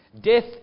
death